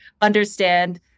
understand